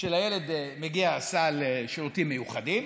שלילד מגיע סל שירותים מיוחדים,